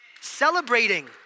Celebrating